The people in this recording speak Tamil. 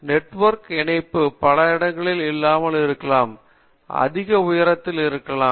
நெட்வொர்க் இணைப்பு பல இடல்களில் இல்லாமலும் இருக்கலாம் அதிக உயரத்தில் இருக்கலாம்